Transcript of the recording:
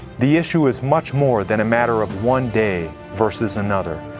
the issue is much more than a matter of one day versus another.